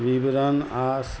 विवरण आस